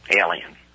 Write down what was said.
alien